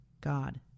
God